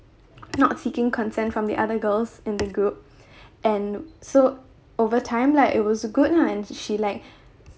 not seeking consent from the other girls in the group and so over time like it was a good lah and she like